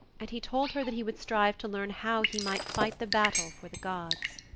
and he told her that he would strive to learn how he might fight the battle for the gods.